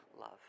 love